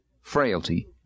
frailty